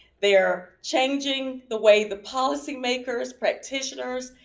they are changing the way the policymakers, practitioners,